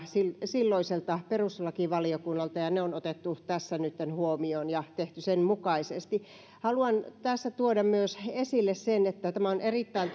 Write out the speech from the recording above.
silloiselta perustuslakivaliokunnalta ja ne on otettu tässä nytten huomioon ja tehty sen mukaisesti haluan tässä tuoda myös esille sen että on erittäin